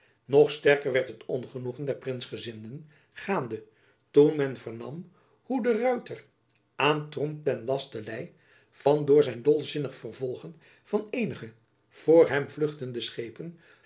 nog sterker werd het ongenoegen der prinsgezinden gaande toen men vernam hoe de ruyter aan tromp ten laste lei van door zijn dolzinnig vervolgen van eenige voor hem vluchtende schepen